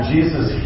Jesus